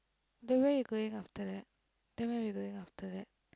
then where you going after that then where we going after that